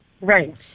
Right